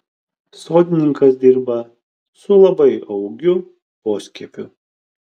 sodininkas dirba su labai augiu poskiepiu